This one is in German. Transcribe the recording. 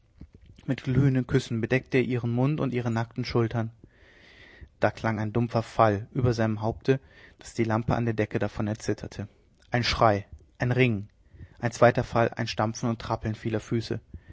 mit glühenden küssen bedeckte er ihren mund und ihre nackten schultern da klang ein dumpfer fall über seinem haupte daß die lampe an der decke davon erzitterte ein schrei ein ringen ein zweiter fall ein stampfen und trappeln vieler füße